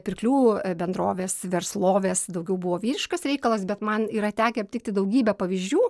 pirklių bendrovės verslovės daugiau buvo vyriškas reikalas bet man yra tekę aptikti daugybę pavyzdžių